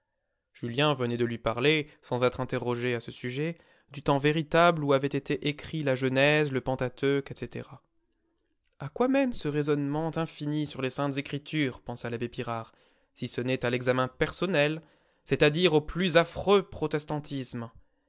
julien venait de lui parler sans être interrogé à ce sujet du temps véritable où avaient été écrits la genèse le pentateuque etc a quoi mène ce raisonnement infini sur les saintes écritures pensa l'abbé pirard si ce n'est à l'examen personnel c'est-à-dire au plus affreux protestantisme